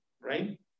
right